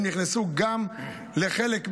נכנסו גם לחלק,